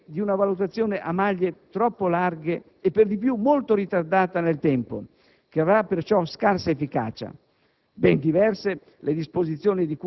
Si tratterrà inevitabilmente di una valutazione a maglie troppo larghe e per di più molto ritardata nel tempo, che avrà perciò scarsa efficacia.